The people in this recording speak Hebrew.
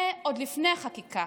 זה עוד לפני החקיקה,